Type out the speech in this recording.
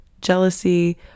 jealousy